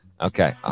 Okay